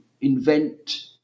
invent